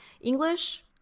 English